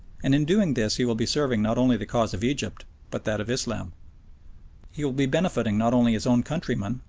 and in doing this he will be serving not only the cause of egypt, but that of islam he will be benefiting not only his own countrymen,